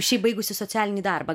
šį baigusi socialinį darbą